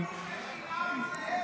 זה אפס חינוך חינם.